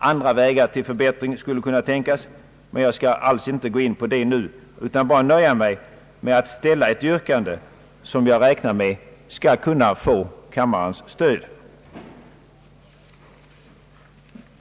Andra vägar till förbättring skulle kunna tänkas, men jag skall inte gå in på detta nu utan nöja mig med att framställa ett yrkande som jag räknar med skall kunna få kammarens stöd.